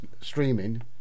streaming